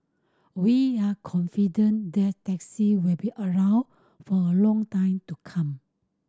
we are confident that taxi will be around for a long time to come